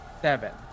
Seven